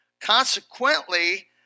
Consequently